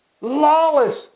lawless